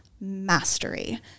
mastery